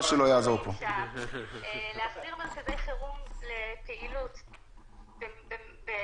"הילל להט"ב" יוצאים לשינוי 70%. הניידות של "עלם" 70%. אני